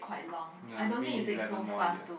ya maybe eleven more years